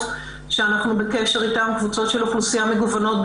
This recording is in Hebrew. שאנחנו בקשר איתן קבוצות אוכלוסייה מגוונות,